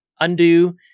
undo